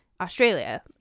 Australia